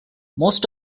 most